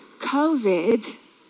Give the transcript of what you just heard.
COVID